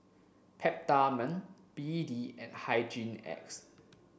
Peptamen B D and Hygin X